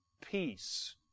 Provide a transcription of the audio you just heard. peace